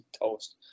toast